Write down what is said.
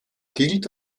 gilt